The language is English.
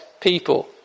people